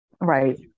right